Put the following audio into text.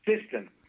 system